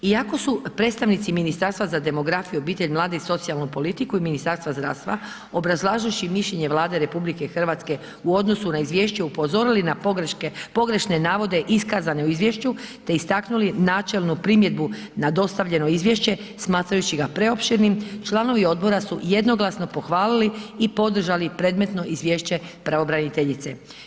Iako su predstavnici Ministarstva za demografiju, obitelj, mlade i socijalnu politiku i Ministarstva zdravstva obrazlažuvši mišljenje RH u odnosu na izvješće upozorili na pogreške, pogrešne navode iskazane u izvješću te istaknuli načelnu primjedbu na dostavljeno izvješće smatrajući ga preopširnim, članovi odbora su jednoglasno pohvalili i podržali predmetno izvješće pravobraniteljice.